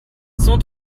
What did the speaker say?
son